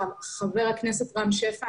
חבר הכנסת רם שפע.